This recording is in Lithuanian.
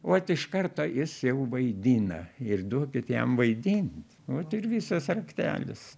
vat iš karto jis jau vaidina ir duokit jam vaidint vat ir visas raktelis